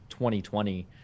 2020